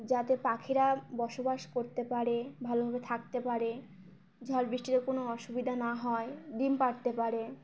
যাতে পাখিরা বসবাস করতে পারে ভালোভাবে থাকতে পারে ঝড় বৃষ্টিতে কোনো অসুবিধা না হয় ডিম পারতে পারে